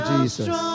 Jesus